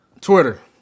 Twitter